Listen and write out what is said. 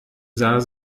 sah